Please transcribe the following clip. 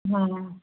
ਹਾਂ